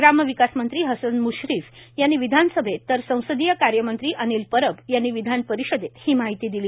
ग्रामविकास मंत्री हसन म्श्रीफ यांनी विधानसभेत तर संसदीय कार्यमंत्री अनिल परब यांनी विधान परिषदेत ही माहिती दिली